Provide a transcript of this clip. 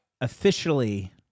officially